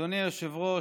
אדוני היושב-ראש,